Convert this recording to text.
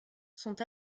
sont